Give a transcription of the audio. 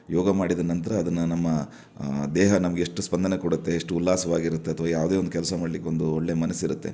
ಯೋಗ ಮಾಡಿದ ನಂತರ ಅದನ್ನು ನಮ್ಮ ದೇಹ ನಮ್ಗೆ ಎಷ್ಟು ಸ್ಪಂದನೆ ಕೊಡುತ್ತೆ ಎಷ್ಟು ಉಲ್ಲಾಸವಾಗಿರುತ್ತೆ ಅಥ್ವಾ ಯಾವುದೇ ಒಂದು ಕೆಲಸ ಮಾಡ್ಲಿಕ್ಕೆ ಒಂದು ಒಳ್ಳೆಯ ಮನಸ್ಸು ಇರುತ್ತೆ